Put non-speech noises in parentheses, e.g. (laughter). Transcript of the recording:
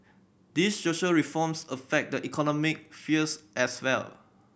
these social reforms affect the economic (unintelligible) as well